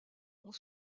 ont